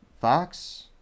Fox